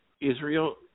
Israel